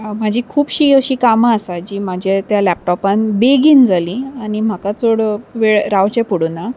म्हाजी खुबशीं अशीं कामां आसा जी म्हाज्या त्या लॅपटॉपान बेगीन जालीं आनी म्हाका चड वेळ रावचें पडूना